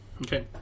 Okay